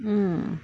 mm